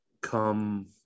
come